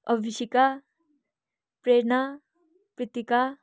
Abhisika Prerna Kritika